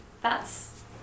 That's-